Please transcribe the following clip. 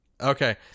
okay